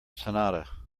sonata